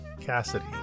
Cassidy